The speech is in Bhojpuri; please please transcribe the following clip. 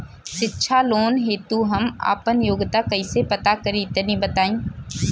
शिक्षा लोन हेतु हम आपन योग्यता कइसे पता करि तनि बताई?